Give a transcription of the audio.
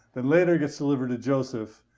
then later gets delivered to joseph.